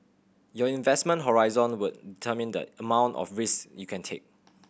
your investment horizon would determine the amount of risk you can take